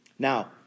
Now